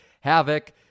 havoc